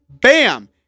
Bam